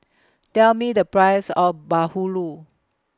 Tell Me The Price of Bahulu